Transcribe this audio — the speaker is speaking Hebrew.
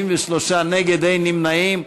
53 נגד, אין נמנעים.